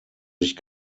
sich